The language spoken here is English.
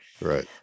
Right